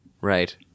right